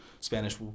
Spanish